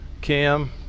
Cam